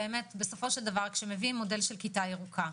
בסופו של דבר כשמביאים מודל של כיתה ירוקה,